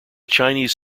chinese